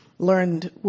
learned